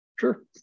Sure